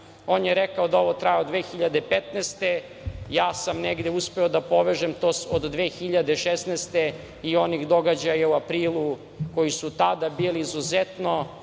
je rekao da ovo traje od 2015. godine. Ja sam negde uspeo da povežem to od 2016. i onih događaja u aprilu koji su tada bili izuzetno